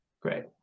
Great